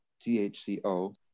THCO